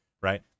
right